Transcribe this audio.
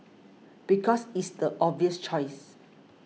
because it's the obvious choice